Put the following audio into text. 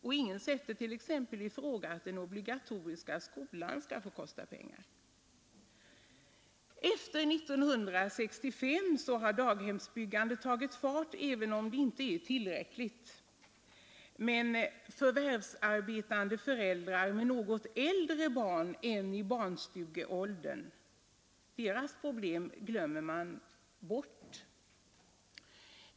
Och ingen sätter t.ex. i fråga att den obligatoriska skolan skall få kosta pengar. Efter 1965 har daghemsbyggandet tagit fart, även om det inte är tillräckligt. Men förvärvsarbetande föräldrar med något äldre barn än i barnstugeåldern — deras problem glömmer man bort.